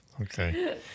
Okay